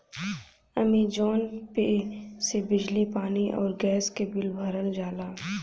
Amazon Pay से बिजली पानी आउर गैस क बिल भरल जाला